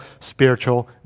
spiritual